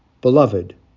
Beloved